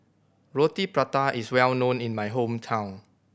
Roti Prata is well known in my hometown